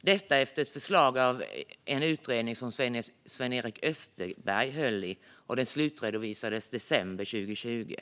detta efter förslag i en utredning som Sven-Erik Österberg höll i och som slutredovisades i december 2020.